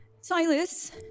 Silas